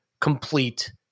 complete